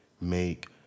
make